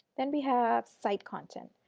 then we have site content.